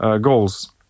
goals